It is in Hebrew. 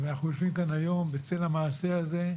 ואנחנו יושבים כאן היום בצל המעשה הזה,